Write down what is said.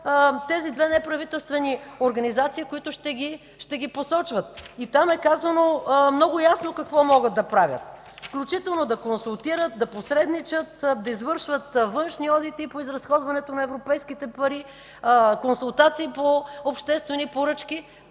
тези две неправителствени организации, които ще ги посочват и там е казано много ясно какво могат да правят, включително да консултират, да посредничат, да извършват външни одити по изразходването на европейските пари, консултации по обществени поръчки,